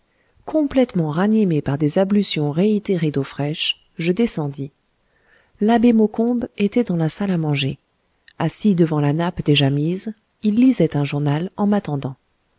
complètement ranimé par des ablutions réitérées d'eau fraîche je descendis l'abbé maucombe était dans la salle à manger assis devant la nappe déjà mise il lisait un journal en m'attendant